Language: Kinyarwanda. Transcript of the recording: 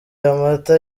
amata